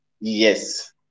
Yes